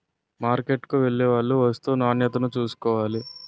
మార్కెట్కు వెళ్లేవాళ్లు వస్తూ నాణ్యతను చూసుకోవాలి